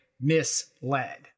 misled